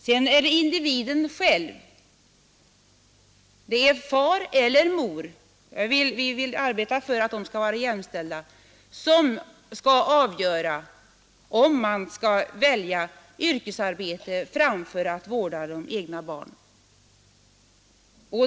Sedan är det individen själv — far eller mor; vi vill arbeta för att de skall vara jämställda — som skall avgöra om man skall välja yrkesarbete framför att vårda de egna barnen.